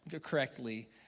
correctly